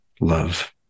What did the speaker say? love